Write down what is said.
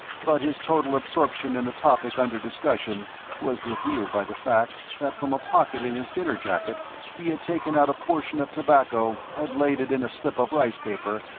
but his total absorption in the topic under discussion was revealed by the fact that from a pocket in his dinner jacket he had taken out a portion of tobacco, had laid it in a slip of rice paper,